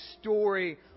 story